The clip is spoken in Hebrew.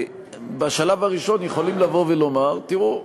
בשלב הראשון יכולים לומר, תראו,